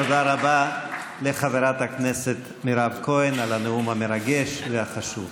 תודה רבה לחברת הכנסת מירב כהן על הנאום המרגש והחשוב.